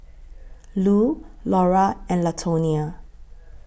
Lu Laura and Latonia